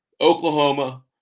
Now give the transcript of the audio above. Oklahoma